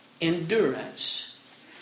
endurance